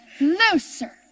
Looser